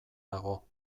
dago